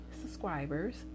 subscribers